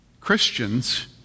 Christians